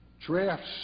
drafts